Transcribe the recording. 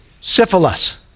syphilis